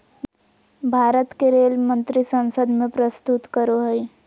भारत के रेल मंत्री संसद में प्रस्तुत करो हइ